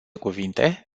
cuvinte